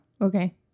Okay